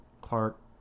Clark